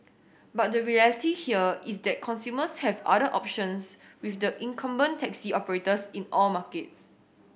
but the reality here is that consumers have other options with the incumbent taxi operators in all markets